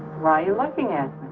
right you're looking at.